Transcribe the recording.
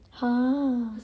!huh!